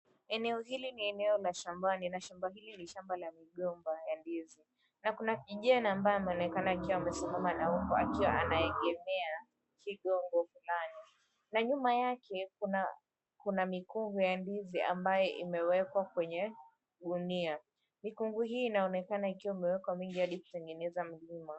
Eneo hili ni eneo la shambani, na shamba hili ni shamba la migomba ya ndizi. Na kuna kijana ambaye ameonekana akiwa amesimama na huku akiwa anaegemea kigongo fulani. Na nyuma yake kuna kuna mikungu ya ndizi ambayo imewekwa kwenye gunia. Mikungu hii inaonekana ikiwa imewekwa mingi hadi kutengeneza mlima.